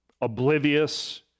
oblivious